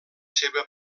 seva